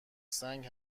سنگ